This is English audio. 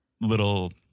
little